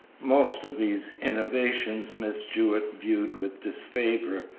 most of these innovations miss jewett viewed with disfavor,